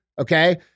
okay